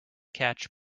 catch